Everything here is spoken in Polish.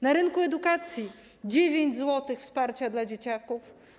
Na rynku edukacji - 9 zł wsparcia dla dzieciaków.